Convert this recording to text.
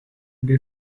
bei